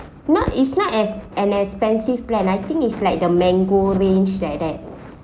not is not as an expensive plan I think is like the Mango range like that